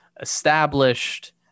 established